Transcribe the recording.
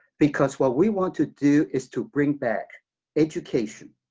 because what we want to do is to bring back education,